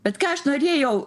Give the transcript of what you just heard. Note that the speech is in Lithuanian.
bet ką aš norėjau